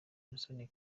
musoni